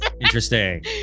Interesting